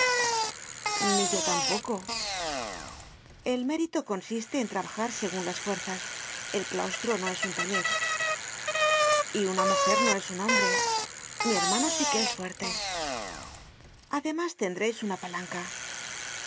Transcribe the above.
ni yo tampoco el mérito consiste en trabajar segun las fuerzas el claustro no es un taller y una mujer no es un hombre mi hermano si que es fuerte además tendreis una palanca